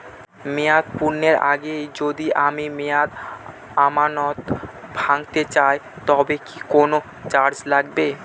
মেয়াদ পূর্ণের আগে যদি আমি মেয়াদি আমানত ভাঙাতে চাই তবে কি কোন চার্জ লাগবে?